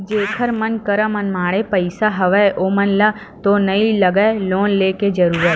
जेखर मन करा मनमाड़े पइसा हवय ओमन ल तो नइ लगय लोन लेके जरुरत